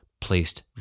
placed